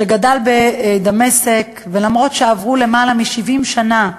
שגדל בדמשק, ולמרות שעברו למעלה מ-70 שנה,